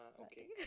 Okay